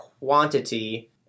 Quantity